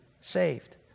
saved